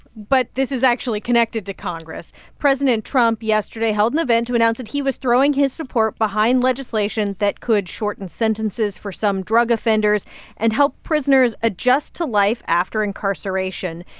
but this is actually connected to congress. president trump yesterday held an event to announce that he was throwing his support behind legislation that could shorten sentences for some drug offenders and help prisoners adjust to life after incarceration.